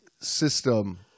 system